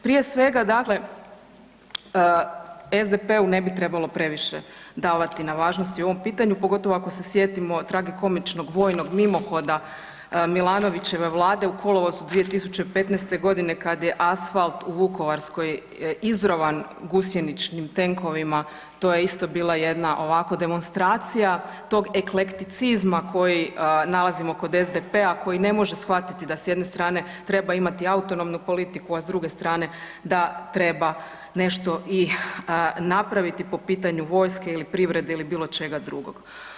Prije svega SDP-u ne bi trebalo previše davati na važnosti u ovom pitanju, pogotovo ako se sjetimo tragikomičnog vojnog mimohoda Milanovićeve vlade u kolovozu 2015. godine kada je asfalt u Vukovarskoj izrovan gusjeničnim tenkovima, to je isto bila jedna ovako demonstracija tog eklekticizma koji nalazimo kod SDP-a koji ne može shvatiti da s jedne strane treba imati autonomnu politiku, a s druge strane da treba nešto i napraviti po pitanju vojske, privrede ili bilo čega drugog.